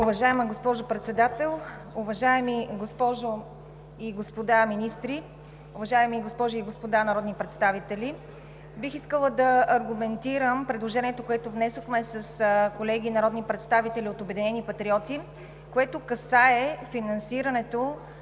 Уважаема госпожо Председател, уважаеми госпожо и господа министри, уважаеми госпожи и господа народни представители! Бих искала да аргументирам предложението, което внесохме с колегите народни представители от „Обединени патриоти“, което касае финансирането